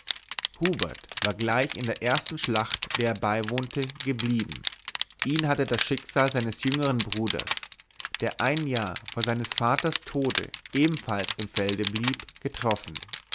hubert war gleich in der ersten schlacht der er beiwohnte geblieben ihn hatte das schicksal seines jüngern bruders der ein jahr vor seines vaters tode ebenfalls im felde blieb getroffen